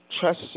trust